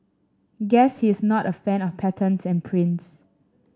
guess he's not a fan of patterns and prints